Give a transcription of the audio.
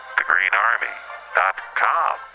thegreenarmy.com